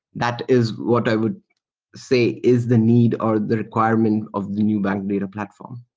that is what i would say is the need or the requirement of the nubank data platform.